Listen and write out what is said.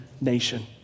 nation